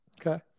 Okay